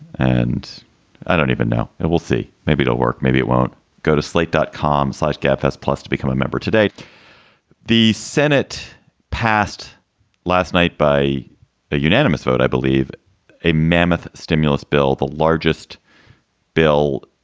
and i don't even know. and we'll see. maybe it'll work. maybe it won't go to slate dot com. sized gap has plus to become a member today the senate passed last night by a unanimous vote, i believe a mammoth stimulus bill, the largest bill,